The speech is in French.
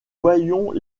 voyons